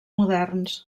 moderns